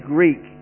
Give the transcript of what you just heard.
Greek